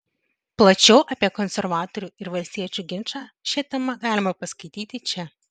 plačiau apie konservatorių ir valstiečių ginčą šia tema galima paskaityti čia